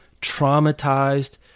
traumatized